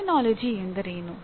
terminology ಎಂದರೇನು